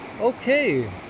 Okay